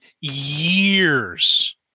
years